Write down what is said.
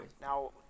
now